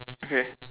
okay